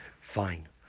Fine